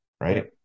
right